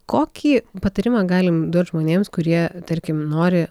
kokį patarimą galim duot žmonėms kurie tarkim nori